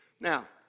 Now